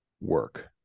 work